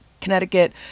Connecticut